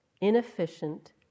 inefficient